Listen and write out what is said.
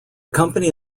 company